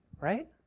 right